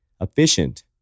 efficient